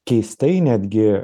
keistai netgi